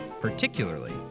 particularly